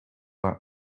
that